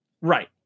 right